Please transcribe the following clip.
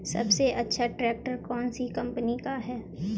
सबसे अच्छा ट्रैक्टर कौन सी कम्पनी का है?